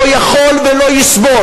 תודה